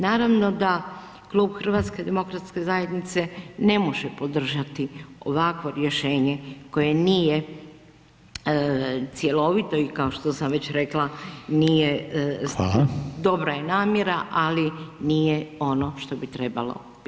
Naravno da klub HDZ-a ne može podržati ovakvo rješenje koje nije cjelovito i kao što sam već rekla, dobra je namjera, ali nije ono što bi trebalo biti.